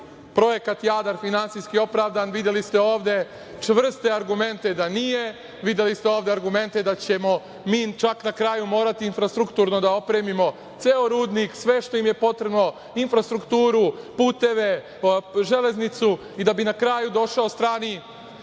projekat „Jadar“ finansijski opravdan. Videli ste ovde čvrste argumente da nije, videli ste argumente da ćemo mi čak na kraju morati infrastrukturno da opremimo ceo rudnik, sve što im je potrebno, infrastrukturu, puteve, železnicu i da bi na kraju došla strana